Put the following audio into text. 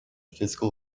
fiscal